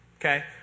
Okay